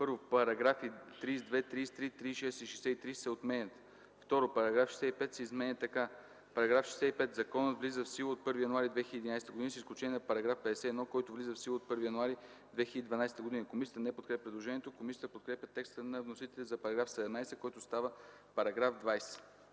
1. Параграфи 32, 33, 36 и 63 се отменят. 2. Параграф 65 се изменя така: „§ 65. Законът влиза в сила от 1 януари 2011 г., с изключение на § 51, който влиза в сила от 1 януари 2012 г.” Комисията не подкрепя предложението. Комисията подкрепя текста на вносителите за § 17, който става § 20.